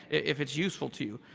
if it's useful to